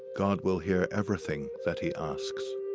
god will hear everything that he asks.